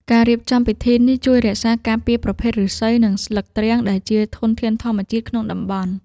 ការរៀបចំពិធីនេះជួយរក្សាការពារប្រភេទឫស្សី និងស្លឹកទ្រាំងដែលជាធនធានធម្មជាតិក្នុងតំបន់។